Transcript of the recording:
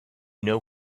know